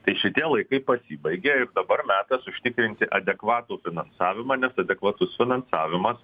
tai šitie laikai pasibaigė ir dabar metas užtikrinti adekvatų finansavimą nes adekvatus finansavimas